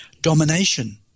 Domination